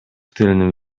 tylnym